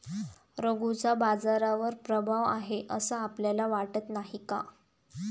रघूचा बाजारावर प्रभाव आहे असं आपल्याला वाटत नाही का?